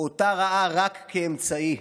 אותה ראה רק כאמצעי,